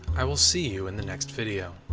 i will see you in the next video.